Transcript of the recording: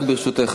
ברשותך,